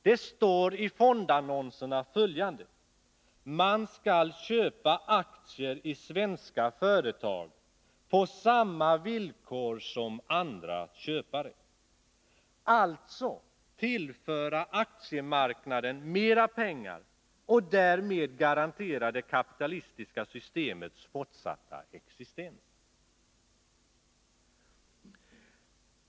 Det står i fondannonserna att ”man skall köpa aktier i svenska företag på samma villkor som andra köpare”, alltså tillföra aktiemarknaden mera pengar och därmed garantera det kapitalistiska systemets fortsatta existens.